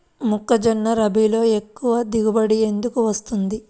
మొక్కజొన్న రబీలో ఎక్కువ దిగుబడి ఎందుకు వస్తుంది?